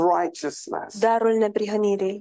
righteousness